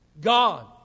God